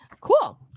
Cool